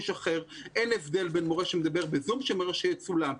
אין הבדל בין מורה שמדבר בזום למורה שיצולם.